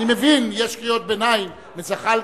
אני מבין, יש קריאות ביניים מזחאלקה,